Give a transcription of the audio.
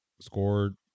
scored